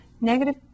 negative